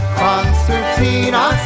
concertina